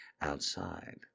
outside